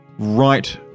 Right